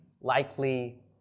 likely